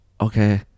Okay